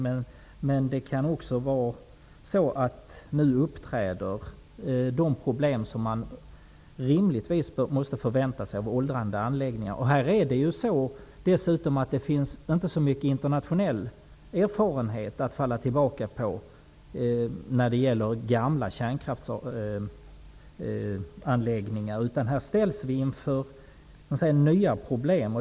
Men det kan också vara så att de problem nu uppträder som man rimligtvis måste vänta sig av åldrande anläggningar. När det gäller gamla kärnkraftsanläggningar finns det dessutom inte så mycket internationell erfarenhet att falla tillbaka på, utan här ställs vi inför nya problem.